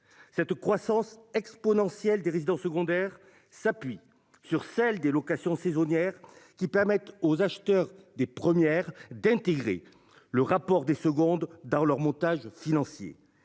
Cette croissance exponentielle des résidents secondaires s'appuie sur celle des locations saisonnières qui permettent aux acheteurs des premières d'intégrer le rapport des secondes dans leur montage financier.